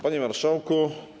Panie Marszałku!